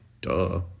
duh